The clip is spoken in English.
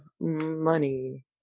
money